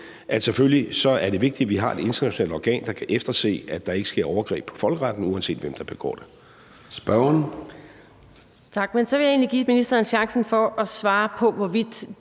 at selvfølgelig er det vigtigt, at vi har et internationalt organ, der kan efterse, at der ikke sker overgreb på folkeretten, uanset hvem der begår det.